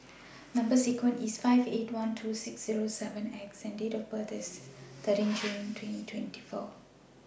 Number sequence IS S five eight one two six Zero seven X and Date of birth IS thirteen June twenty twenty four